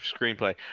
screenplay